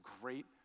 great